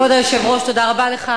כבוד היושב-ראש, תודה רבה לך.